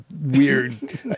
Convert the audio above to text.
weird